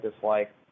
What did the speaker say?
dislike